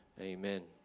Amen